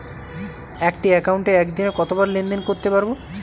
একটি একাউন্টে একদিনে কতবার লেনদেন করতে পারব?